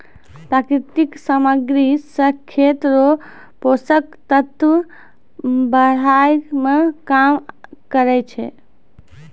प्राकृतिक समाग्री से खेत रो पोसक तत्व बड़ाय मे काम करै छै